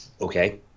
Okay